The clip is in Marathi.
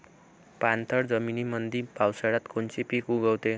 पाणथळ जमीनीमंदी पावसाळ्यात कोनचे पिक उगवते?